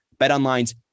BetOnline's